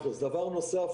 דבר נוסף,